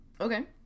Okay